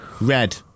Red